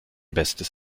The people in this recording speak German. bestes